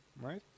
right